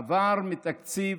עברו מתקציב